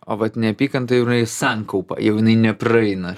o vat neapykanta jau jinai sankaupa jau jinai nepraeina